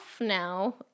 now